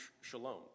shalom